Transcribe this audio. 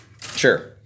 Sure